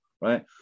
right